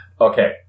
Okay